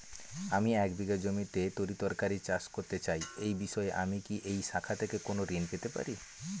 আমি এক বিঘা জমিতে তরিতরকারি চাষ করতে চাই এই বিষয়ে আমি কি এই শাখা থেকে কোন ঋণ পেতে পারি?